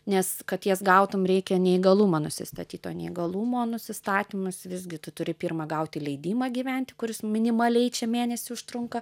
nes kad jas gautum reikia neįgalumą nusistatyt o neįgalumo nusistatymas visgi tu turi pirma gauti leidimą gyventi kuris minimaliai čia mėnesį užtrunka